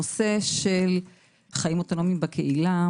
הנושא של חיים אוטונומיים בקהילה,